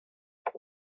roedd